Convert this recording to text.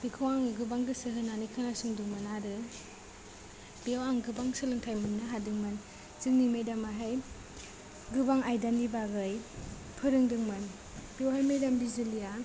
बिखौ आङो गोबां गोसो होनानै खोनासंदोंमोन आरो बेयाव आं गोबां सोलोंथाइ मोननो हादोंमोन जोंनि मेदाम आहाय गोबां आयदानि बागै फोरोंदोंमोन बेवहाय मेदाम बिजुलिया